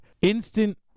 Instant